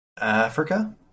Africa